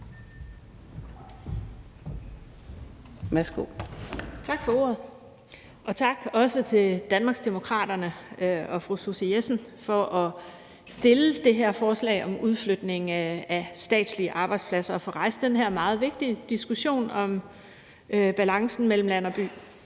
Tak for ordet, og tak også til Danmarksdemokraterne og fru Susie Jessen for at fremsætte det her forslag om udflytning af statslige arbejdspladser og få rejst den her meget vigtige diskussion om balancen mellem land og by.